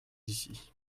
ici